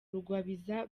rugwabiza